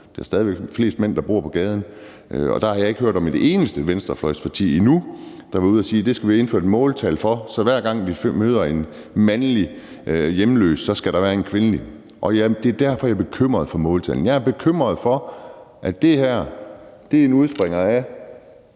der er stadig væk flest mænd, der bor på gaden, og der har jeg ikke hørt et eneste venstrefløjsparti endnu, der har været ude at sige, at det skal vi have indført måltal for, så hver gang, vi møder en mandlig hjemløs, skal der være en kvindelig. Det er derfor, jeg er bekymret for måltallene. Jeg er bekymret for, at det her udspringer af,